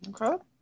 Okay